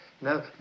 No